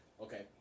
Okay